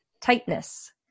tightness